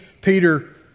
Peter